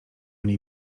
niej